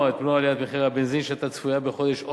את מלוא עליית מחירי הבנזין שהיתה צפויה בחודש אוגוסט,